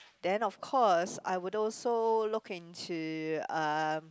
then of course I would also look into um